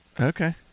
okay